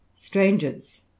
strangers